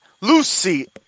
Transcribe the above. Lucy